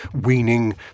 weaning